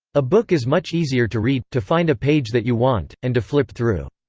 a book is much easier to read, to find a page that you want, and to flip through.